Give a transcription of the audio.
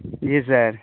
جی سر